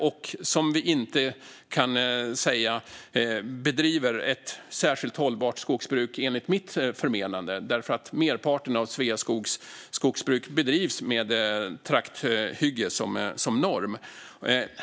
Vi kan inte säga att de bedriver ett särskilt hållbart skogsbruk, åtminstone inte enligt mitt förmenande. Merparten av Sveaskogs skogsbruk bedrivs med trakthygge som norm.